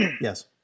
Yes